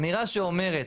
אמירה שאומרת,